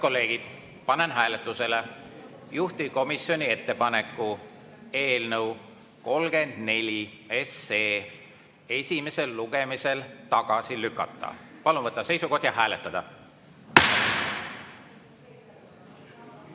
kolleegid, panen hääletusele juhtivkomisjoni ettepaneku eelnõu 34 esimesel lugemisel tagasi lükata. Palun võtta seisukoht ja hääletada!